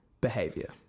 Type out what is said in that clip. behavior